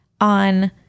on